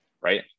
right